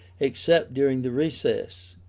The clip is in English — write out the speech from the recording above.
except during the recess.